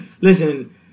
listen